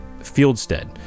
Fieldstead